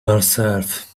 herself